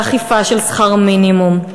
לאכיפה של שכר המינימום,